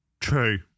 True